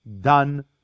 done